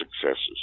successes